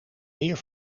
weer